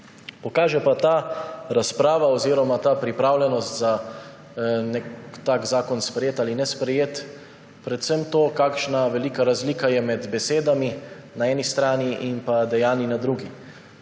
Pokaže pa ta razprava oziroma ta pripravljenost za nek tak zakon sprejeti ali nesprejeti predvsem to, kakšna velika razlika je med besedami na eni strani in dejanji na drugi.